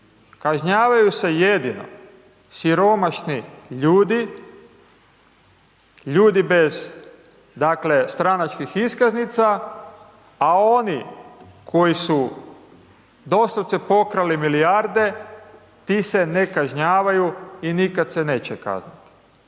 Kažnjavaju se jedino siromašni ljudi, ljudi bez stranačkih iskaznica a oni koji su doslovce pokrali milijarde ti se ne kažnjavaju i nikada se neće kazniti